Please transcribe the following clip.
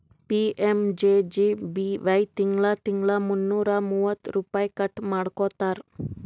PMJJBY ತಿಂಗಳಾ ತಿಂಗಳಾ ಮುನ್ನೂರಾ ಮೂವತ್ತ ರುಪೈ ಕಟ್ ಮಾಡ್ಕೋತಾರ್